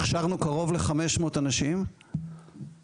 הכשרנו קרוב ל-500 אנשים בישראל,